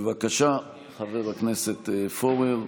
בבקשה, חבר הכנסת פורר,